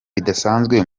bidasanzwe